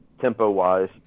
tempo-wise